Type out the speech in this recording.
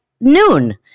noon